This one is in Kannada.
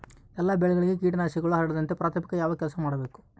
ಎಲ್ಲ ಬೆಳೆಗಳಿಗೆ ಕೇಟನಾಶಕಗಳು ಹರಡದಂತೆ ಪ್ರಾಥಮಿಕ ಯಾವ ಕೆಲಸ ಮಾಡಬೇಕು?